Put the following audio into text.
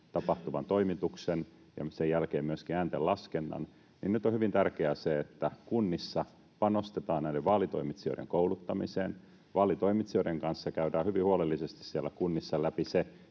tapahtuvan toimituksen ja sen jälkeen myöskin ääntenlaskennan, niin nyt on hyvin tärkeää se, että kunnissa panostetaan näiden vaalitoimitsijoiden kouluttamiseen: vaalitoimitsijoiden kanssa käydään hyvin huolellisesti siellä kunnissa läpi se,